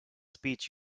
speech